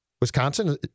Wisconsin